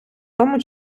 тому